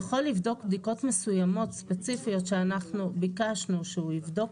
הוא יכול לבדוק בדיקות מסוימות ספציפיות שאנחנו ביקשנו שהוא יבדוק